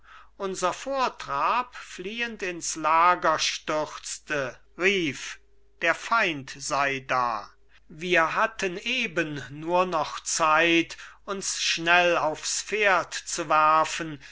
unser vortrab fliehend ins lager stürzte rief der feind sei da wir hatten eben nur noch zeit uns schnell aufs pferd zu werfen